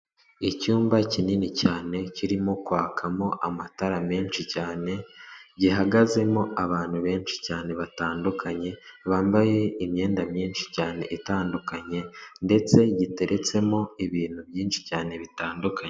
Icyumba kinini cyane kirimo kwakamo amatara menshi cyane, gihagazemo abantu benshi cyane batandukanye bambaye imyenda myinshi cyane itandukanye, ndetse giteretsemo ibintu byinshi cyane bitandukanye.